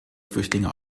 flüchtlinge